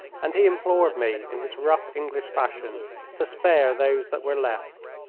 and he implored me in his rough english fashion to spare those that were left.